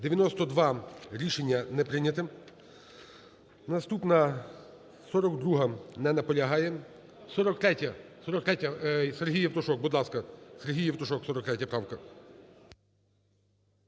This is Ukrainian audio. За-92 Рішення не прийнято. Наступна – 47-а. Не наполягає. 43-я. Сергій Євтушок. Будь ласка.